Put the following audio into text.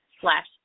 slash